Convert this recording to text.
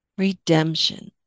redemption